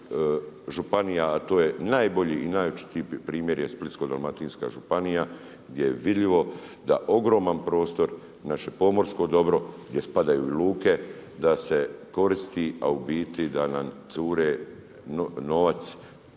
županija a to je najbolji i najočitiji primjer je Splitsko-dalmatinska županija gdje je vidljivo da ogroman prostor naše pomorsko dobro gdje spadaju i luke da se koristi a u biti da nam cure novac